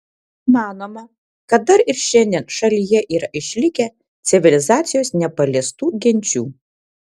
manoma kad dar ir šiandien šalyje yra išlikę civilizacijos nepaliestų genčių